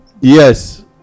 yes